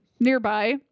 nearby